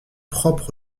propre